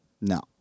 No